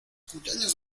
cumpleaños